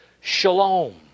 shalom